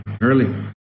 early